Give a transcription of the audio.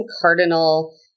cardinal